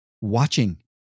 watching